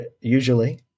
usually